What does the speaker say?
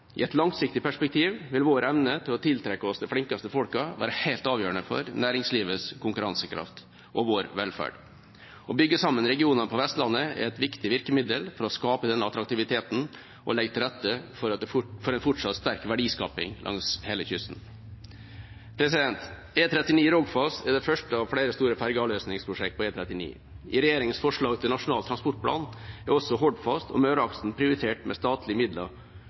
I et langsiktig perspektiv vil vår evne til å tiltrekke oss de flinkeste folkene være helt avgjørende for næringslivets konkurransekraft og vår velferd. Å bygge sammen regionene på Vestlandet er et viktig virkemiddel for å skape denne attraktiviteten og legge til rette for fortsatt sterk verdiskaping langs hele kysten. E39 Rogfast er det første av flere store fergeavløsningsprosjekter på E39. I regjeringas forslag til Nasjonal transportplan er også Hordfast og Møreaksen prioritert med statlige midler